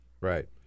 Right